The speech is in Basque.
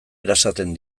erasaten